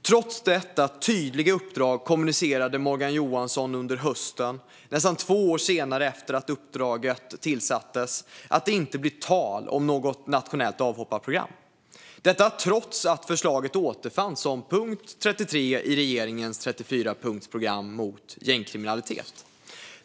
Trots detta tydliga uppdrag kommunicerade Morgan Johansson under hösten, nästan två år efter att uppdraget gavs, att det inte blir tal om något nationellt avhopparprogram, detta trots att förslaget återfanns som punkt 33 i regeringens 34-punktsprogram mot gängkriminalitet.